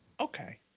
Okay